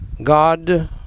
God